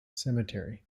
cemetery